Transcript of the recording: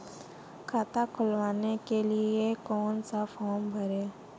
खाता खुलवाने के लिए कौन सा फॉर्म भरें?